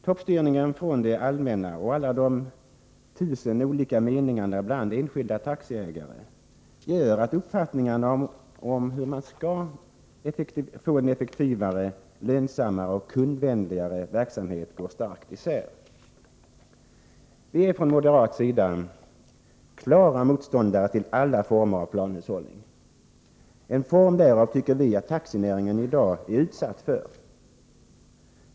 Toppstyrningen från det allmänna och alla de tusen olika meningarna bland de enskilda taxiägarna gör att uppfattningarna om hur man skall få en effektivare, lönsammare och kundvänligare verksamhet går starkt isär. Vi är från moderat sida klara motståndare till alla former av planhushållning. En form därav tycker vi att taxinäringen i dag är utsatt för.